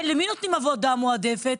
למי נותנים עבודה מועדפת?